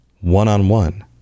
one-on-one